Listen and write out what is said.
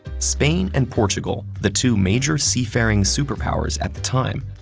spain and portugal, the two major seafaring super powers at the time,